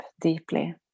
deeply